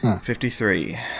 Fifty-three